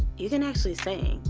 you can actually sing.